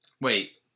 Wait